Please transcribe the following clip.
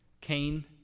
Cain